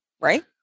right